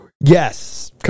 Yes